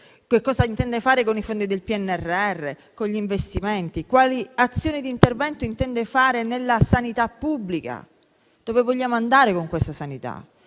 che cosa intende intraprendere con i fondi del PNRR, con gli investimenti; quali azioni di intervento intende intraprendere nella sanità pubblica. Dove vogliamo andare con questa sanità?